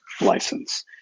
license